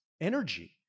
energy